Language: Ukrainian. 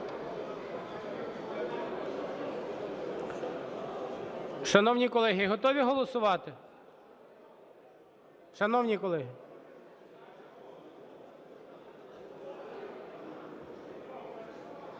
Шановні колеги, готові голосувати?